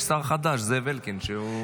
יש שר חדש, זאב אלקין, שנמצא באולם.